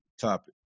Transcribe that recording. topic